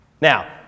Now